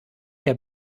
der